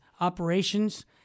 operations